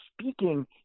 speaking